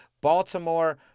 Baltimore